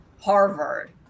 Harvard